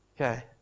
Okay